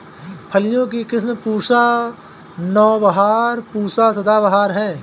फलियों की किस्म पूसा नौबहार, पूसा सदाबहार है